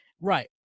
Right